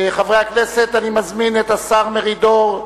חברי הכנסת, אני מזמין את השר מרידור,